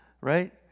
right